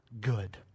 good